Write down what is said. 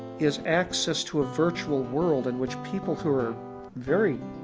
is access to a virtual world in which people who are very